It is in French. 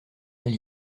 elle